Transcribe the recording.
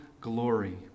glory